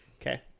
Okay